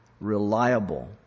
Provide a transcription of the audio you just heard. reliable